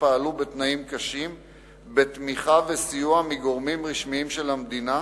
שפעלו בתנאים קשים בתמיכה ובסיוע של גורמים רשמיים של המדינה,